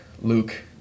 Luke